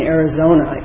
Arizona